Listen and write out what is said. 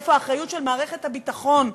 איפה האחריות של מערכת הביטחון?